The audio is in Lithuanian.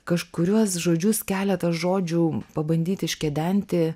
kažkuriuos žodžius keletą žodžių pabandyt iškedenti